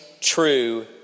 true